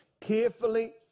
carefully